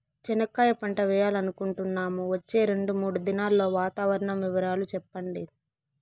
చెనక్కాయ పంట వేయాలనుకుంటున్నాము, వచ్చే రెండు, మూడు దినాల్లో వాతావరణం వివరాలు చెప్పండి?